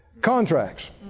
contracts